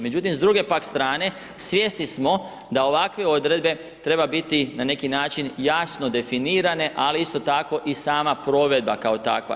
Međutim, s druge pak strane svjesni smo da ovakve odredbe treba biti na neki način jasno definirane, ali isto tako i sama provedba kao takva.